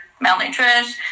malnutrition